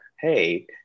hey